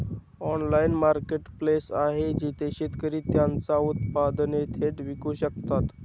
Online marketplace आहे जिथे शेतकरी त्यांची उत्पादने थेट विकू शकतात?